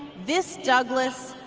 this douglass,